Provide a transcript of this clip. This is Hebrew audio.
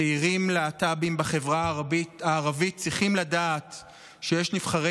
צעירים להט"בים בחברה הערבית צריכים לדעת שיש נבחרי